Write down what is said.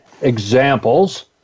examples